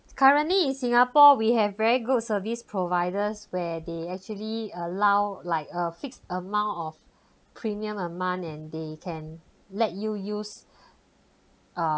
currently in singapore we have very good service providers where they actually allow like a fixed amount of premium a month and they can let you use uh